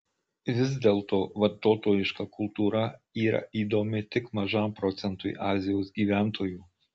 vis dėlto vartotojiška kultūra yra įdomi tik mažam procentui azijos gyventojų